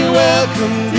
welcome